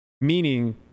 Meaning